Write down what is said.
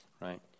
Right